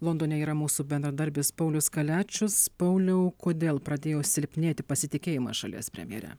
londone yra mūsų bendradarbis paulius kaliačius pauliau kodėl pradėjo silpnėti pasitikėjimas šalies premjere